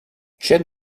chaque